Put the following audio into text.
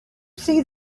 see